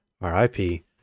RIP